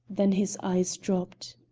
then his eyes dropped.